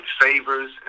favors